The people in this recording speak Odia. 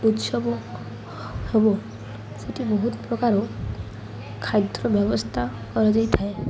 ଉତ୍ସବ ହେବ ସେଠି ବହୁତ ପ୍ରକାର ଖାଦ୍ୟର ବ୍ୟବସ୍ଥା କରାଯାଇଥାଏ